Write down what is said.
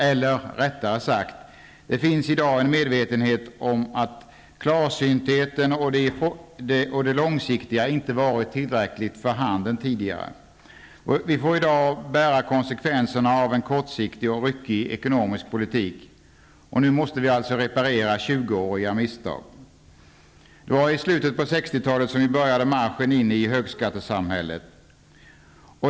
Eller rättare sagt: Det finns i dag en medvetenhet om att klarsyntheten och det långsiktiga inte varit tillräckligt för handen tidigare. Vi får i dag bära konsekvenserna av en kortsiktig och ryckig ekonomisk politik. Nu måste vi alltså reparera 20 åriga misstag. Det var i slutet av 60-talet som vi började marschen in i högskattesamhället.